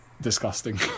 disgusting